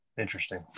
Interesting